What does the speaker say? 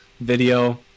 video